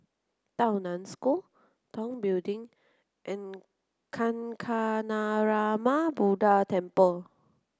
Tao Nan School Tong Building and Kancanarama Buddha Temple